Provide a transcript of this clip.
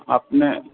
آپ نے